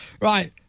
Right